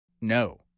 no